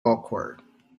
awkward